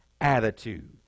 attitude